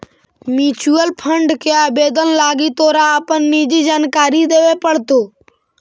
mutual fund के आवेदन लागी तोरा अपन निजी जानकारी देबे पड़तो